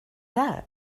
that